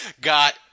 got